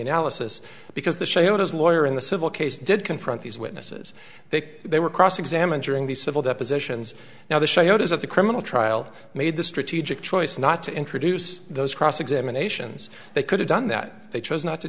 analysis because the show his lawyer in the civil case did confront these witnesses they they were cross examined during the civil depositions now the show does of the criminal trial made the strategic choice not to introduce those cross examinations they could have done that they chose not to